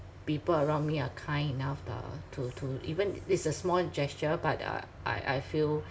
people around me are kind enough uh to to even it's a small gesture but uh I I feel